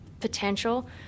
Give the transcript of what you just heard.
potential